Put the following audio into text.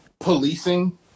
policing